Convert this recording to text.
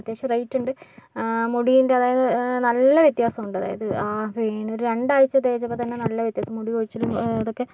അത്യാവശ്യം റേറ്റുണ്ട് മുടീൻ്റെ അതായത് നല്ല വ്യത്യാസമുണ്ട് അതായത് ഒരു രണ്ടാഴ്ച തേച്ചപ്പോൾത്തന്നെ നല്ല വ്യത്യാസം മുടി കൊഴിച്ചിലും ഇതൊക്കെ